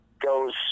goes